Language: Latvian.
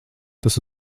tas